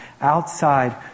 outside